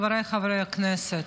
חבריי חברי הכנסת,